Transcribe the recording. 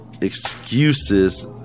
Excuses